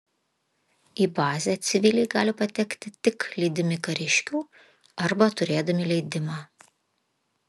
į bazę civiliai gali patekti tik lydimi kariškių arba turėdami leidimą